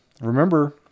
remember